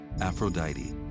Aphrodite